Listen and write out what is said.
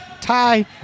tie